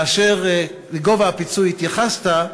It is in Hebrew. באשר לגובה הפיצוי, התייחסת,